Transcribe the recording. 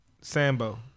Sambo